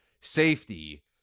safety